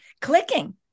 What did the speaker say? clicking